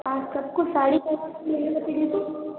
आप सब को साड़ी पहनाने के लिए अनुमति दे दो